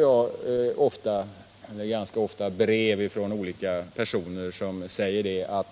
Jag får ganska ofta brev från olika personer som skriver: